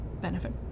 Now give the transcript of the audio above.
benefit